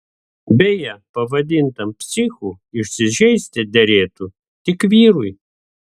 beje pavadintam psichu įsižeisti derėtų tik vyrui